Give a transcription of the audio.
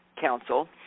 Council